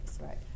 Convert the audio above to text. right